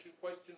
question